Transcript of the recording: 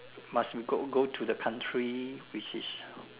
must go go to the country which is